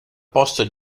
posto